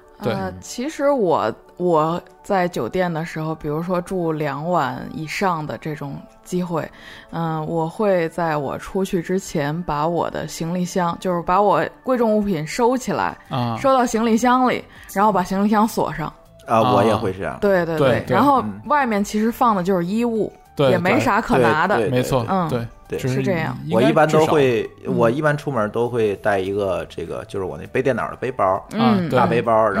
对。呃，嗯。其实我- 我在酒店的时候，比如说住两晚以上的这种机会，嗯，我会在我出去之前把我的行李箱- 就是把我贵重物品收起来，啊。收到行李箱里，然后把行李箱锁上。啊，我也啊。会这样。对- 对- 对，对- 对。然后嗯。外面其实放的就是衣物，也没对- 对。啥可拿的，对- 对- 对，没错，嗯，对，对。是这样。只是应该我一般至少-都会- 我嗯。一般出门都会带一个这个- 就是我那背电脑的背包，嗯，啊，大对。背包，嗯。然-